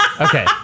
Okay